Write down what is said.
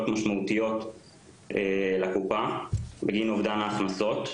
משמעותיות לקופה בגין אובדן הכנסות,